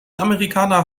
amerikaner